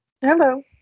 hello